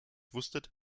wusstet